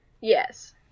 Yes